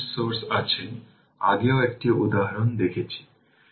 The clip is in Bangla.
সুতরাং সার্কিটে KVL প্রয়োগ করুন